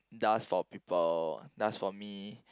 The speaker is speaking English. does for people does for me